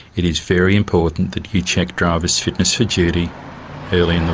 it is very important that you check drivers' fitness for duty early